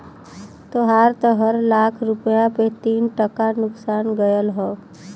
तोहार त हर लाख रुपया पे तीन टका नुकसान गयल हौ